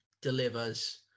Delivers